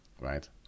right